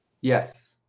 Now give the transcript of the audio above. Yes